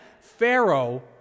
Pharaoh